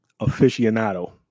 aficionado